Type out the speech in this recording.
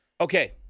Okay